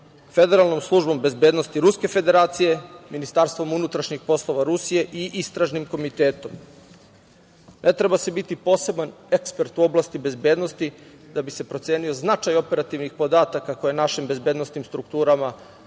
Federalnom službom bezbednosti Ruske Federacije, Ministarstvom unutrašnjih poslova Rusije i Istražnim komitetom. Ne treba se biti poseban ekspert u oblasti bezbednosti da bi se procenio značaj operativnih podataka koje našim bezbednosnim strukturama mogu da